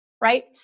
right